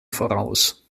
voraus